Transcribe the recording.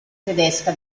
tedesca